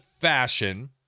fashion